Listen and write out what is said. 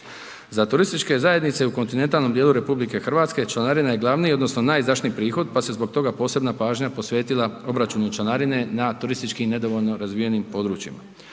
Za turističke zajednice u kontinentalnom dijelu RH, članarina je glavni odnosno najizdašniji prihod, pa se zbog toga posebna pažnja posvetila obračunu članarine na turistički nedovoljno razvijenim područjima.